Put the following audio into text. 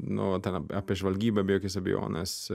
nu vat ten apie apie žvalgybą be jokios abejonės